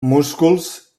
músculs